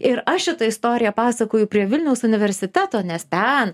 ir aš šitą istoriją pasakoju prie vilniaus universiteto nes ten